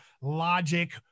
logic